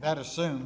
that assumes